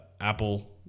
Apple